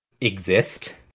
exist